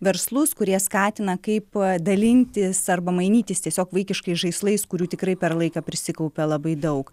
verslus kurie skatina kaip dalintis arba mainytis tiesiog vaikiškais žaislais kurių tikrai per laiką prisikaupė labai daug